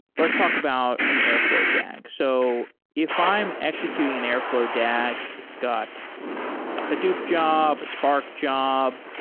let's talk about an airflow dag. so if i am executing and airflow dag, it's got a hadoop job, a spark job,